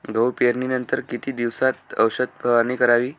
गहू पेरणीनंतर किती दिवसात औषध फवारणी करावी?